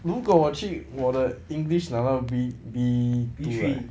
如果我去我的 english 拿到 B B what ah